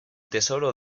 tesoro